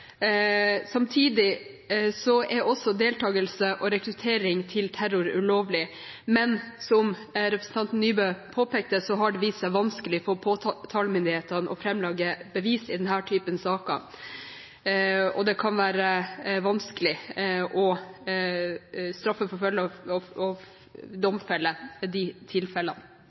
er også deltagelse og rekruttering til terror ulovlig, men som representanten Nybø påpekte, har det vist seg vanskelig for påtalemyndighetene å framlegge bevis i denne typen saker, og det kan være vanskelig å straffeforfølge og domfelle de tilfellene.